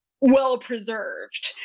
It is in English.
well-preserved